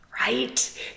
right